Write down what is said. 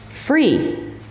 Free